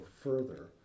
further